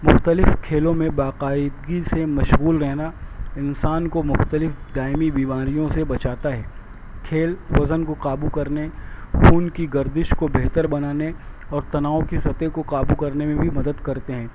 مختلف کھیلوں میں باقاعدگی سے مشغول رہنا انسان کو مختلف دائمی بیماریوں سے بچاتا ہے کھیل وزن کو قابو کرنے خون کی گردش کو بہتر بنانے اور تناؤ کی سطح کو قابو کرنے میں بھی مدد کرتے ہیں